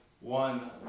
one